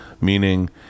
meaning